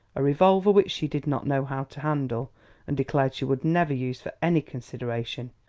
a revolver which she did not know how to handle and declared she would never use for any consideration,